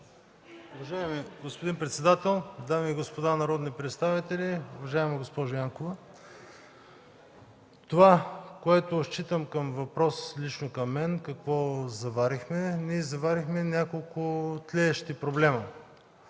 Уважаеми господин председател, дами и господа народни представители, уважаема госпожо Янкова! Това, което считам като въпрос лично към мен – какво заварихме, ние заварихме няколко тлеещи проблема.